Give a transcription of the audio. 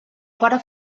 para